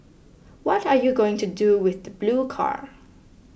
what are you going to do with the blue car